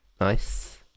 Nice